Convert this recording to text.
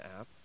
app